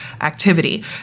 activity